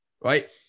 right